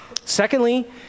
Secondly